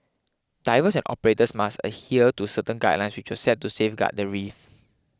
divers and operators must adhere to certain guidelines which were set to safeguard the reef